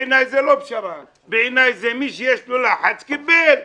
בעיניי, מי שיש לו לחץ, קיבל.